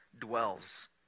dwells